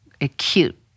acute